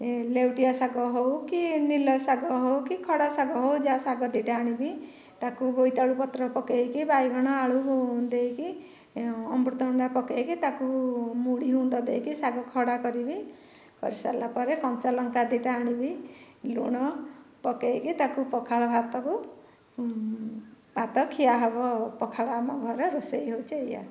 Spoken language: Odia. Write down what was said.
ଲେଉଟିଆ ଶାଗ ହେଉ କି ନିଲ ଶାଗ ହେଉ କି ଖଡ଼ା ଶାଗ ହେଉ ଯାହା ଶାଗ ଦୁଇଟା ଆଣିବି ତାକୁ ବୋଇତାଳୁ ପତ୍ର ପକେଇକି ଆଳୁବାଇଗଣ ଦେଇକି ଅମୃତଭଣ୍ଡା ପକେଇକି ତାକୁ ମୁଢ଼ି ଗୁଣ୍ଡ ଦେଇକି ଶାଗ ଖରଡ଼ା କରିବି କରିସାରିଲା ପରେ କଞ୍ଚା ଲଙ୍କା ଦୁଇଟା ଆଣିବି ଲୁଣ ପକେଇକି ତାକୁ ପଖାଳ ଭାତକୁ ଭାତ ଖିଆ ହେବ ପଖାଳ ଆମ ଘରେ ରୋଷେଇ ହେଉଛି ଏଇଆ